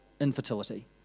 infertility